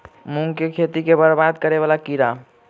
मूंग की खेती केँ बरबाद करे वला कीड़ा?